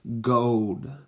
gold